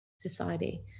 society